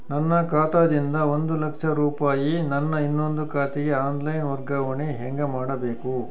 ನನ್ನ ಖಾತಾ ದಿಂದ ಒಂದ ಲಕ್ಷ ರೂಪಾಯಿ ನನ್ನ ಇನ್ನೊಂದು ಖಾತೆಗೆ ಆನ್ ಲೈನ್ ವರ್ಗಾವಣೆ ಹೆಂಗ ಮಾಡಬೇಕು?